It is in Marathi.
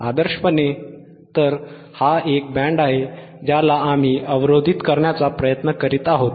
आदर्शपणे तर हा एक बँड आहे ज्याला आम्ही अवरोधित करण्याचा प्रयत्न करीत आहोत